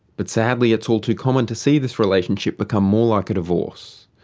but sadly it's all too common to see this relationship become more like a divorce.